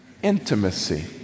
intimacy